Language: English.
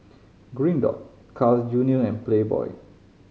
Green Dot Carl's Junior and Playboy